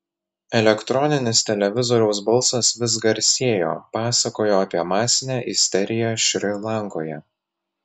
elektroninis televizoriaus balsas vis garsėjo pasakojo apie masinę isteriją šri lankoje